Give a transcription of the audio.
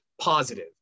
positive